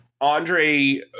Andre